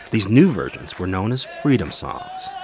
these new versions were known as freedom songs